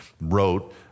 wrote